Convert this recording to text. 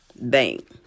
bank